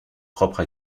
propre